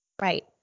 Right